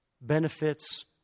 benefits